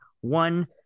one